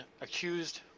accused